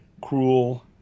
cruel